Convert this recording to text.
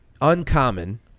uncommon